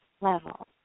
level